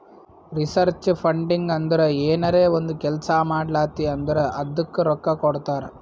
research funding ಅಂದುರ್ ಏನರೇ ಒಂದ್ ಕೆಲ್ಸಾ ಮಾಡ್ಲಾತಿ ಅಂದುರ್ ಅದ್ದುಕ ರೊಕ್ಕಾ ಕೊಡ್ತಾರ್